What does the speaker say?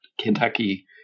Kentucky